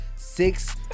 Six